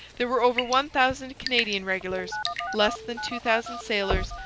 there were over one thousand canadian regulars less than two thousand sailors,